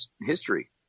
history